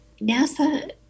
NASA